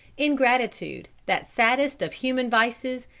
ingratitude, that saddest of human vices,